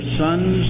sons